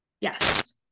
Yes